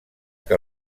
que